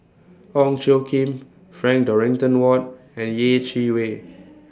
Ong Tjoe Kim Frank Dorrington Ward and Yeh Chi Wei